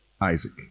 isaac